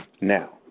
Now